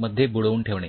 मध्ये बुडवून ठेवणे